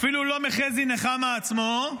אפילו לא מחזי נחמה עצמו.